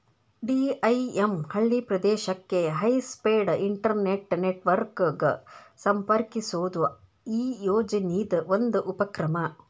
DIM ಹಳ್ಳಿ ಪ್ರದೇಶಕ್ಕೆ high speed internet network ಗ ಸಂಪರ್ಕಿಸೋದು ಈ ಯೋಜನಿದ್ ಒಂದು ಉಪಕ್ರಮ